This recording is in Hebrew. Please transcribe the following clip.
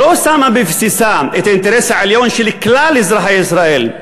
שלא שמה בבסיסה את האינטרס העליון של כלל אזרחי ישראל,